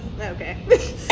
Okay